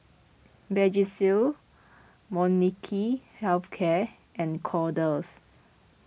Vagisil Molnylcke Health Care and Kordel's